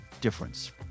difference